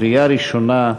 קריאה ראשונה.